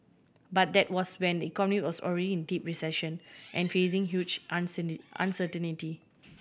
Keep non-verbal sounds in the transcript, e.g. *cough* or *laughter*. but that was when the economy was already in deep recession and facing huge *unintelligible* uncertainty